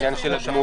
העניין של הגמול?